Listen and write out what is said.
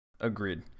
agreed